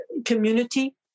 community